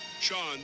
Sean